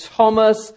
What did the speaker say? Thomas